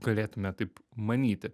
galėtume taip manyti